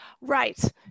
Right